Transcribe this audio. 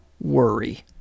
worry